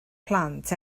plant